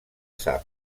sap